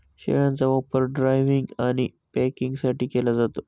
शेळ्यांचा वापर ड्रायव्हिंग आणि पॅकिंगसाठी केला जातो